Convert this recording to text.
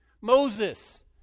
Moses